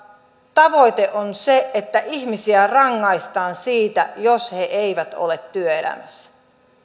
tavoite on se että ihmisiä rangaistaan siitä jos he eivät ole työelämässä